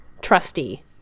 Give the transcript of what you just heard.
trusty